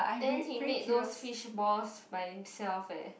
then he made those fishballs by himself eh